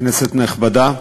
כנסת נכבדה,